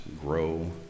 grow